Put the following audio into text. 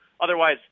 otherwise